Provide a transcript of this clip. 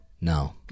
No